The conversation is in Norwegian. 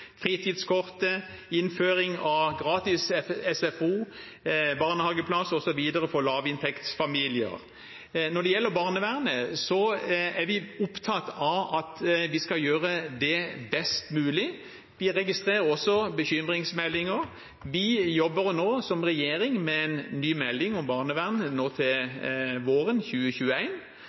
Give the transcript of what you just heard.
innføring av gratis SFO og barnehageplass osv. for lavinntektsfamilier. Når det gjelder barnevernet, er vi opptatt av at vi skal gjøre det best mulig. Vi registrerer også bekymringsmeldinger. Vi jobber nå i regjering med en ny melding om barnevern til våren,